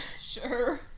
sure